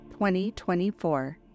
2024